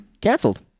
Cancelled